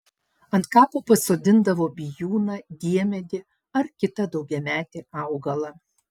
ant kapo pasodindavo bijūną diemedį ar kitą daugiametį augalą